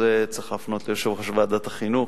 את זה צריך להפנות ליושב-ראש ועדת החינוך.